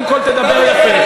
אתה אומר לי תדבר יפה?